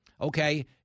okay